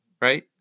right